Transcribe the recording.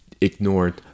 ignored